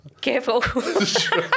Careful